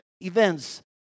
events